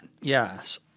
Yes